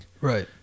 right